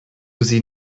sie